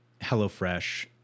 HelloFresh